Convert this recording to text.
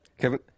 Kevin